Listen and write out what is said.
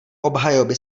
obhajoby